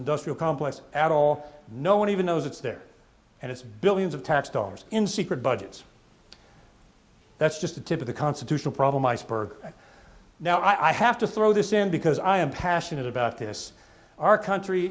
industrial complex at all no one even knows it's there and it's billions of tax dollars in secret budgets that's just the tip of the constitutional problem iceberg and now i have to throw this in because i am passionate about this our country